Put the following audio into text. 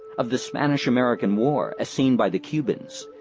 of the spanish-american war as seen by the cubans,